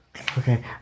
Okay